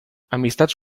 amistats